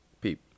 Peep